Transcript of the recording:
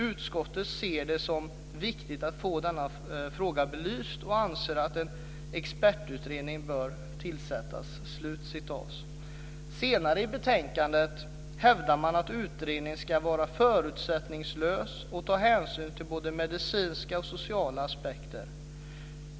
Utskottet ser det som viktigt att få denna fråga belyst och anser att en expertutredning bör tillsättas." Senare i betänkandet hävdar man att utredningen ska vara förutsättningslös och ta hänsyn till både medicinska och sociala aspekter.